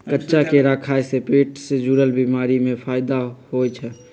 कच्चा केरा खाय से पेट से जुरल बीमारी में फायदा होई छई